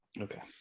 Okay